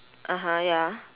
(uh huh) ya